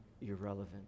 irrelevant